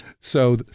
So-